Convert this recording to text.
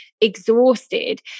exhausted